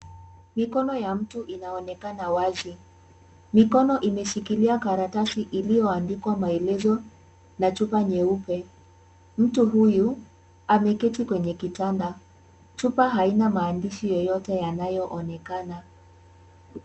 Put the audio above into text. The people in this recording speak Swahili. Mikono ya mtu inaonekana wazi. Mikono imeshikilia karatasi iliyoandikwa maelezo na chupa nyeupe. Mtu huyu ameketi kwenye kitanda. Chupa haina maandishi yoyote yanayoonekana.